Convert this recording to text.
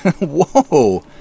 Whoa